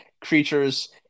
creatures